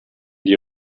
die